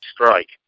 Strike